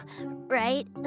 right